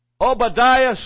Obadiah